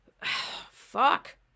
Fuck